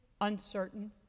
uncertain